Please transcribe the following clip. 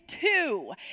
two